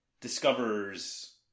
discovers